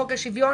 חוק השוויון,